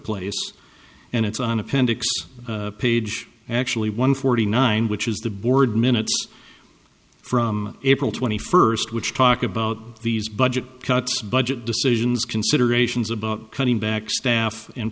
place and it's on appendix page actually one forty nine which is the board minutes from april twenty first which talk about these budget cuts budget decisions considerations about cutting back staff and